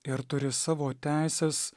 ir turi savo teises